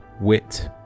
wit